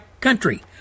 country